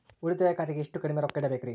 ಉಳಿತಾಯ ಖಾತೆಗೆ ಎಷ್ಟು ಕಡಿಮೆ ರೊಕ್ಕ ಇಡಬೇಕರಿ?